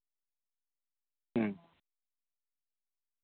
ᱦᱮᱸ ᱦᱩᱸ